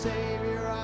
Savior